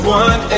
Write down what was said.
one